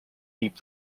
keep